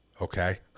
okay